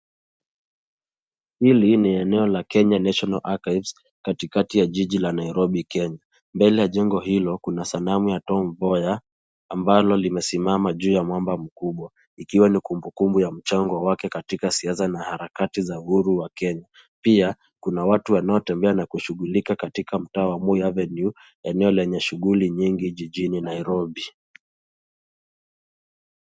Hili ni eneo la Kenya National Archives katikati ya jiji la Nairobi, Kenya. Mbele ya jengo hilo kuna sanamu ya Tom Mboya ambalo limesimama juu ya mwamba mkubwa, ikiwa ni kumbukumbu ya mchango wake katika siasa na harakati za huru wa Kenya. Pia kuna watu wanaotembea na kushughulika katika mtaa wa Moi Avenue , eneo lenye shughuli nyingi Jijini Nairobi.